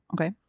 okay